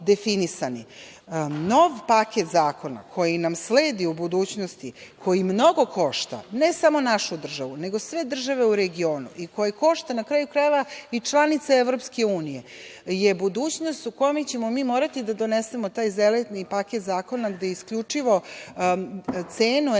paket zakona koji nam sledi u budućnosti, koji mnogo košta, ne samo našu državu, nego sve države u regionu i koji košta i članica EU, to je budućnost u kome ćemo mi morati da donesemo taj zeleni paket zakona gde će isključivo cenu